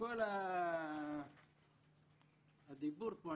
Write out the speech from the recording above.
וכל הדיבור פה,